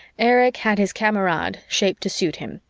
erich had his kamerad, shaped to suit him,